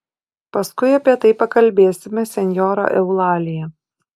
paskui apie tai pakalbėsime senjora eulalija